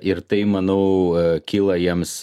ir tai manau kyla jiems